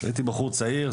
הייתי בחור צעיר,